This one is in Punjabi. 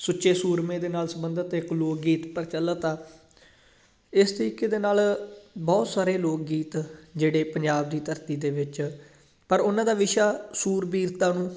ਸੁੱਚੇ ਸੂਰਮੇ ਦੇ ਨਾਲ ਸੰਬੰਧਿਤ ਇੱਕ ਲੋਕ ਗੀਤ ਪ੍ਰਚਲਿਤ ਆ ਇਸ ਤਰੀਕੇ ਦੇ ਨਾਲ ਬਹੁਤ ਸਾਰੇ ਲੋਕ ਗੀਤ ਜਿਹੜੇ ਪੰਜਾਬ ਦੀ ਧਰਤੀ ਦੇ ਵਿੱਚ ਪਰ ਉਹਨਾਂ ਦਾ ਵਿਸ਼ਾ ਸੂਰਬੀਰਤਾ ਨੂੰ